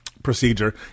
procedure